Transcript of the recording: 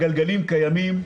הגלגלים קיימים.